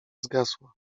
zgasła